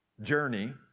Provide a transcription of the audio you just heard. journey